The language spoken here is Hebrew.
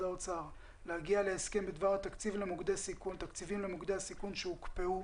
האוצר להגיע להסכם בדבר התקציבים למוקדי הסיכון שהוקפאו